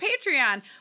Patreon